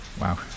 Wow